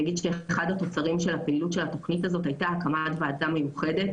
אני אגיד שאחד התוצרים של פעילות התכנית הזו היתה הקמת ועדה מיוחדת